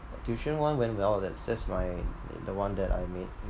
tuition one went well that's that's my the one that I made